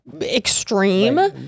extreme